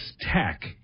tech